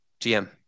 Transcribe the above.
GM